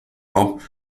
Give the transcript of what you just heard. mods